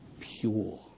pure